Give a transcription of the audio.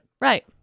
Right